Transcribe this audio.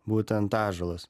būtent ąžuolas